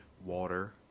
water